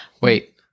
Wait